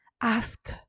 Ask